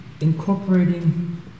incorporating